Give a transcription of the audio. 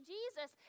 Jesus